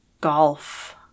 golf